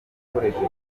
ukoresheje